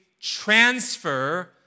transfer